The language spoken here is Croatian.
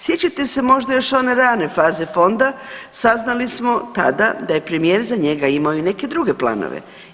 Sjećate se možda još one rane faze fonda, saznali smo tada da je premijer za njega imao i neke druge planove.